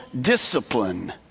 discipline